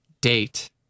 date